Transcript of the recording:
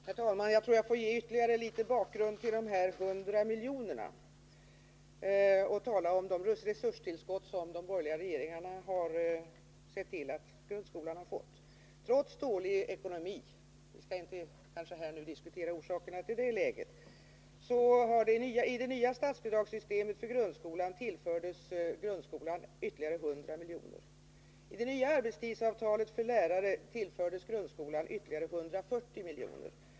Herr talman! Jag tror att jag får ge ytterligare bakgrund till de här 100 miljonerna, och tala om de resurstillskott som de borgerliga regeringarna har sett till att grundskolan har fått. Trots dålig ekonomi — vi skall kanske inte här diskutera orsakerna till det läget — tillfördes grundskolan enligt det nya statsbidragssystemet ytterligare 100 miljoner. I det nya arbetstidsavtalet för lärare tillfördes grundskolan ytterligare 140 miljoner.